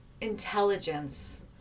intelligence